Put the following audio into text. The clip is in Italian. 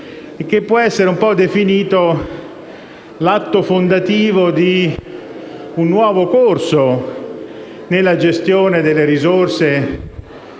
e che può essere un po' definito l'atto fondativo di un nuovo corso nella gestione delle risorse